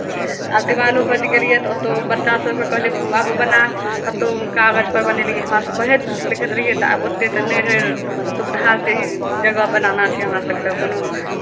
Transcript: आब दिवालोपर जे गेलियै तऽ ओतहु बच्चा सभकेँ कहलियै बाबू बना कतहु कागजपर बनेलियै हमरासभ पढ़ैत लिखैत रहियै तऽ ओतेक तऽ नहि रहै सुविधासँ ई जगह बनाना छै हमरासभके कोनो